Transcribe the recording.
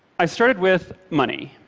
i started with money.